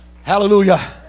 Hallelujah